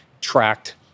tracked